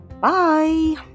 Bye